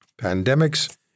Pandemics